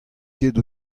ket